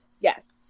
Yes